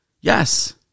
Yes